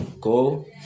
Go